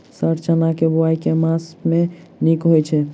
Sir चना केँ बोवाई केँ मास मे नीक होइ छैय?